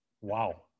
Wow